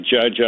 judge